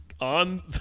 On